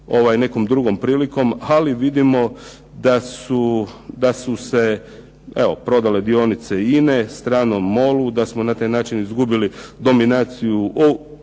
nekom drugom prilikom, ali vidimo da su se, evo prodale dionice INA-e stranom MOL-u, da smo na taj način izgubili dominaciju